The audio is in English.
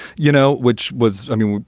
you know, which was, i mean,